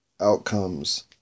outcomes